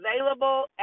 available